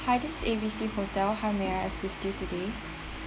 hi it is A B C hotel how may I assist you today